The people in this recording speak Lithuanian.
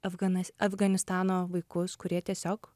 afganas afganistano vaikus kurie tiesiog